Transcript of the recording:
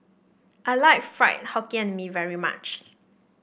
I like Fried Hokkien Mee very much